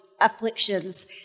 afflictions